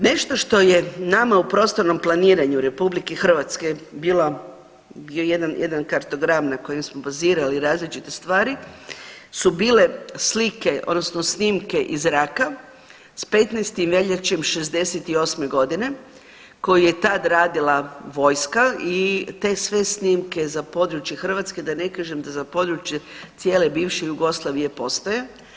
Nešto što je nama u prostornom planiranju RH bila jedan kartogram na kojem smo bazirali različite stvari su bile slike odnosno snimke iz zraka s 15. veljače '68.g. koji je tad radila vojska i te sve snimke za područje Hrvatske da ne kažem da za područje cijele bivše Jugoslavije postoje.